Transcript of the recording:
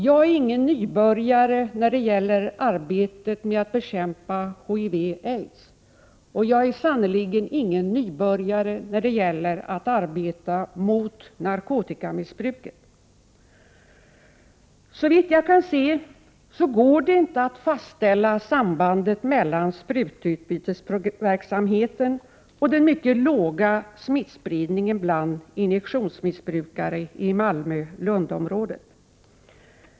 Jag är ingen nybörjare när det gäller arbetet med att bekämpa HIV och aids, och jag är sannerligen ingen nybörjare när det gäller att arbeta mot narkotikamissbruket. Såvitt jag kan se går det inte att fastställa sambandet mellan sprututbytesverksamheten och den mycket låga smittspridningen bland injektionsmissbrukare i Malmö-Lund-området.